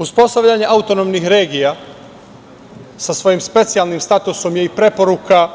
Uspostavljanje autonomnih regija sa svojim specijalnim statusom i preporuka